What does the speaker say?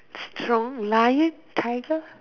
strong lion tiger